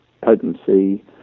potency